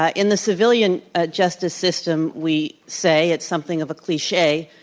ah in the civilian ah justice system, we say it's something of a cliche,